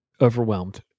overwhelmed